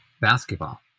basketball